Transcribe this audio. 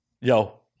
yo –